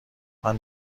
منم